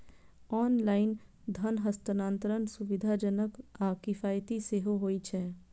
online धन हस्तांतरण सुविधाजनक आ किफायती सेहो होइ छै